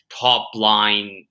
top-line